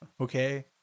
Okay